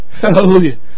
Hallelujah